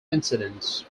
incidents